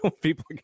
people